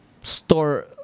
store